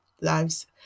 lives